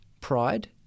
pride